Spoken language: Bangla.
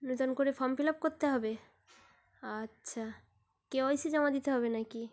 নতুন করে ফর্ম ফিল আপ করতে হবে আচ্ছা কে ওয়াই সি জমা দিতে হবে না কি